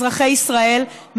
אזרחי ישראל,